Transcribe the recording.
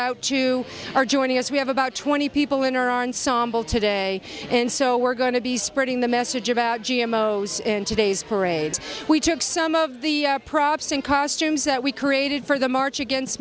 out to are joining us we have about twenty people in our ensemble today and so we're going to be spreading the message about g m o's in today's parade we took some of the props in costume that we created for the march against